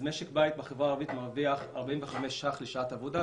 משק בית בחברה הערבית מרוויח 45 ש"ח לשעת עבודה,